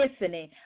listening